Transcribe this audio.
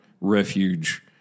refuge